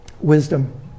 wisdom